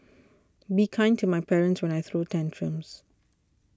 be kind to my parents when I throw tantrums